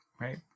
right